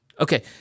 Okay